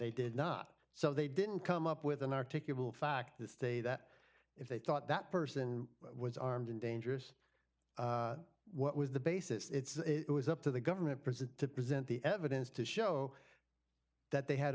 they did not so they didn't come up with an articulate fact that they that if they thought that person was armed and dangerous what was the base its it was up to the government present to present the evidence to show that they had